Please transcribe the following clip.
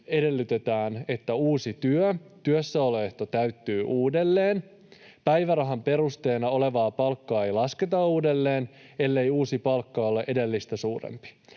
edellytetään, että uusi työ, työssäoloehto täyttyy uudelleen. Päivärahan perusteena olevaa palkkaa ei lasketa uudelleen, ellei uusi palkka ole edellistä suurempi.